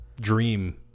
dream